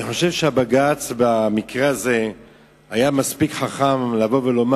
בג"ץ במקרה הזה היה מספיק חכם לומר,